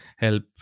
help